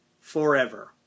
forever